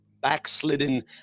backslidden